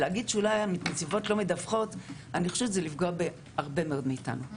להגיד שאולי נציבות לא מדווחות זה לפגוע בהרבה מאוד מאיתנו.